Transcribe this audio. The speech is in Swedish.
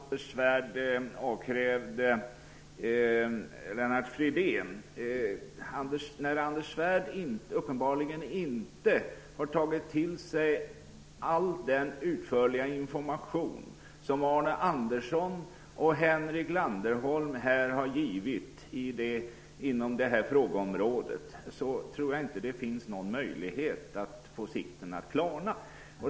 Herr talman! Jag tror att det var en ganska omöjlig uppgift som Anders Svärd avkrävde Lennart Fridén. När Anders Svärd uppenbarligen inte har tagit till sig all den utförliga information som Arne Andersson och Henrik Landerholm här har givit inom det här frågeområdet tror jag inte att det finns någon möjlighet att få sikten att klarna.